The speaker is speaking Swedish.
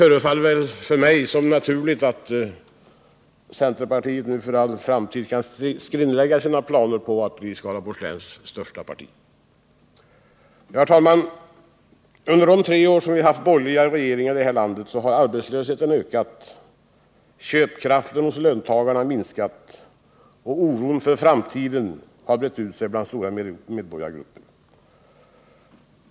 Jag tror att centerpartiet nu för all framtid kan skrinlägga planerna på att bli det största partiet i Skaraborgs län. Herr talman! Under de tre år som vi har haft borgerliga regeringar i vårt land har arbetslösheten ökat, köpkraften hos löntagarna minskat och oron för framtiden brett ut sig bland stora medborgargrupper.